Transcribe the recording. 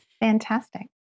Fantastic